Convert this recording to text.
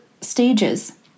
stages